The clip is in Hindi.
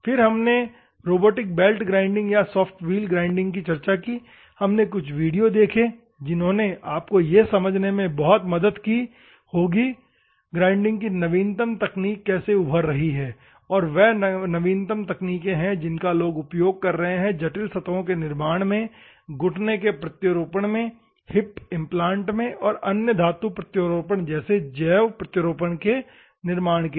फिर हमने रोबोटिक बेल्ट ग्राइंडिंग या सॉफ्ट व्हील ग्राइंडिंग की चर्चा की हमने कुछ वीडियो देखे जिन्होंने आपको यह समझने में बहुत मदद की होगी कि ग्राइंडिंग की नवीनतम तकनीक कैसे उभर रही है ये नवीनतम तकनीकें हैं जिनका लोग उपयोग कर रहे हैं जटिल सतहों के निर्माण में घुटने के प्रत्यारोपणमें हिप इम्प्लांट में और अन्य धातु प्रत्यारोपण जैसे जैव प्रत्यारोपण के निर्माण के लिए